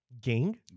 gang